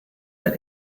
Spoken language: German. ein